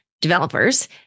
developers